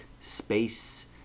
space